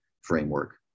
framework